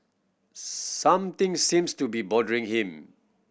something seems to be bothering him